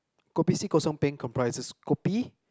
kopi C kosong peng comprises kopi